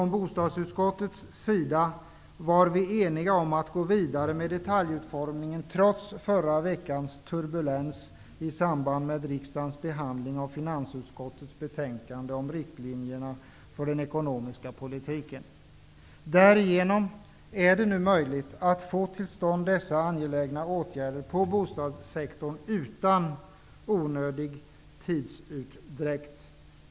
I bostadsutskottet var vi eniga om att gå vidare med detaljutformningen, trots förra veckans turbulens i samband med riksdagens behandling av finansutskottets betänkande om riktlinjerna för den ekonomiska politiken. Därigenom är det nu möjligt att få till stånd dessa angelägna åtgärder inom bostadssektorn utan onödig tidsutdräkt.